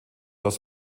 aus